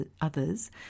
others